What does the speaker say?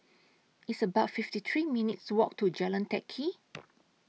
It's about fifty three minutes' Walk to Jalan Teck Kee